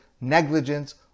negligence